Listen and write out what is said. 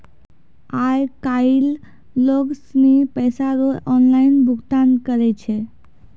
आय काइल लोग सनी पैसा रो ऑनलाइन भुगतान करै छै